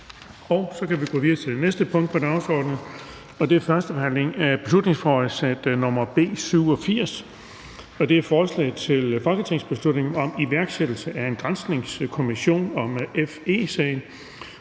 vedtaget. --- Det sidste punkt på dagsordenen er: 17) 1. behandling af beslutningsforslag nr. B 87: Forslag til folketingsbeslutning om iværksættelse af en granskningskommission om FE-sagen.